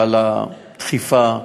ועל הדחיפה,